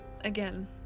Again